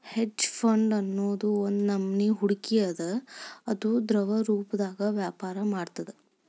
hedge fund ಅನ್ನೊದ್ ಒಂದ್ನಮನಿ ಹೂಡ್ಕಿ ಅದ ಅದು ದ್ರವರೂಪ್ದಾಗ ವ್ಯಾಪರ ಮಾಡ್ತದ